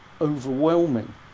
overwhelming